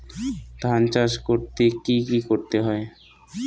ধান চাষ করতে কি কি করতে হয়?